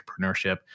entrepreneurship